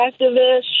activist